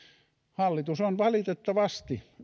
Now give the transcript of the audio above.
hallitus on valitettavasti